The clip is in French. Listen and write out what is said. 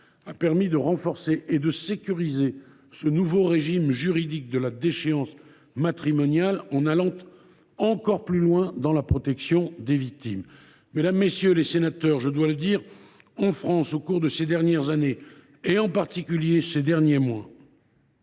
permis de renforcer et de sécuriser ce nouveau régime juridique de la déchéance matrimoniale, en allant encore plus loin dans la protection des victimes. Mesdames, messieurs les sénateurs, la France, au cours de ces dernières années, en particulier ces derniers mois,